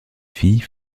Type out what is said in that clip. fille